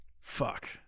Fuck